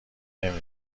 نمی